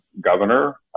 governor